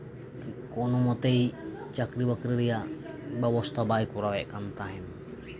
ᱠᱳᱱᱳ ᱢᱚᱛᱮ ᱪᱟᱹᱠᱨᱤ ᱵᱟᱠᱨᱤ ᱨᱮᱭᱟᱜ ᱵᱮᱵᱚᱥᱛᱷᱟ ᱵᱟᱝ ᱛᱟᱦᱮᱫ